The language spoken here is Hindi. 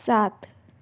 सात